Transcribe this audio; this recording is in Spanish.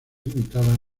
limitada